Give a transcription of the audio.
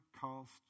cost